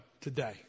today